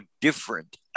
different